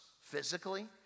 Physically